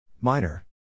Minor